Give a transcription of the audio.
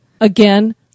Again